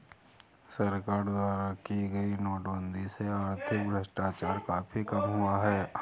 सरकार द्वारा की गई नोटबंदी से आर्थिक भ्रष्टाचार काफी कम हुआ है